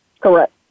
Correct